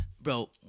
Bro